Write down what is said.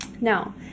now